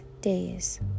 days